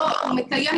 לא מקיים,